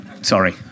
Sorry